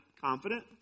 confident